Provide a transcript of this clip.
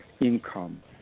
income